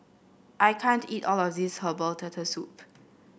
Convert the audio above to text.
I can't eat all of this Herbal Turtle Soup